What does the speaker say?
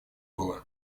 было